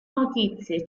notizie